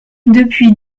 depuis